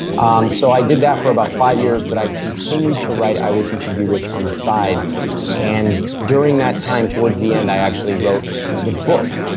um so, i did that for about five years, but i continued to write i will teach you to be rich on the side and during that time, towards the end, i actually wrote the book.